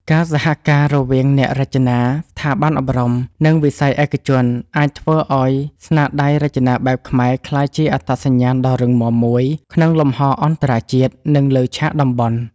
ការសហការរវាងអ្នករចនា ស្ថាប័នអប់រំ និងវិស័យឯកជន អាចធ្វើឲ្យស្នាដៃរចនាបែបខ្មែរ ក្លាយជាអត្តសញ្ញាណដ៏រឹងមាំមួយក្នុងលំហអន្តរជាតិ និងលើឆាកតំបន់។